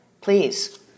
please